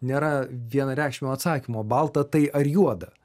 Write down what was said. nėra vienareikšmio atsakymo balta tai ar juoda